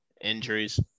injuries